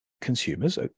consumers